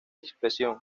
expresión